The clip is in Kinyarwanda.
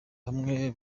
hamwe